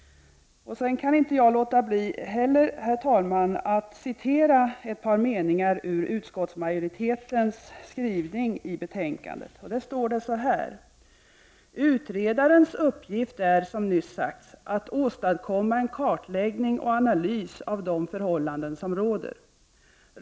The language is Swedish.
Sedan kan jag inte låta bli, herr talman, att citera ett par meningar som utskottsmajoriteten skriver i betänkandet. Där står: ”Utredarens uppgift är, som nyss sagts, att åstadkomma en kartläggning och analys av de förhållanden som råder.